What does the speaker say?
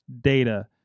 data